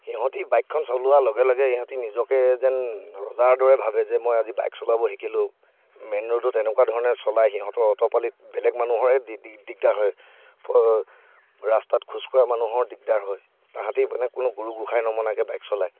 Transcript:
সিহঁতে বাইকখন চলোৱাৰ লগে লগে ইহঁতে নিজকে যেন ৰজাৰ দৰে ভাৱে যে মই আজি বাইক চলাব শিকিলো মেইন ৰ'ডত এনেকুৱা ধৰণে চলাই সিহঁতৰ অতপালিত বেলেগ মানুহৰে দিগদাৰ হয় ৰাস্তাত খোজ কঢ়া মানুহৰ দিগদাৰ হয় তাহাঁতি মানে কোনো গুৰু গোঁসাই নমনাকৈ বাইক চলাই